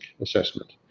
assessment